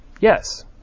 yes